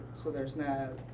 so there's not,